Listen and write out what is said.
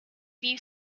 view